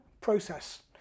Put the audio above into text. process